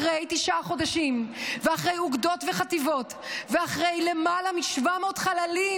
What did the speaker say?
אחרי תשעה חודשים ואחרי אוגדות וחטיבות ואחרי למעלה מ-700 חללים,